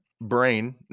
brain